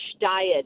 diet